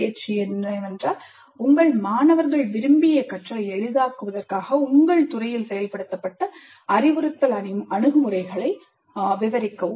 2 உங்கள் மாணவர்கள் விரும்பிய கற்றலை எளிதாக்குவதற்காக உங்கள் துறையில் செயல்படுத்தப்பட்ட அறிவுறுத்தல் அணுகுமுறைகளை விவரிக்கவும்